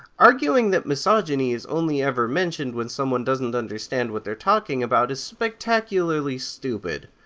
arguing that misogyny is only ever mentioned when someone doesn't understand what they're talking about is spectacularly stupid.